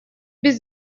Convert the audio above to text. без